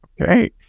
Okay